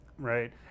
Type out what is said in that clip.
Right